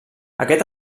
aquest